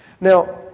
Now